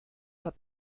hat